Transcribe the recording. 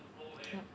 yup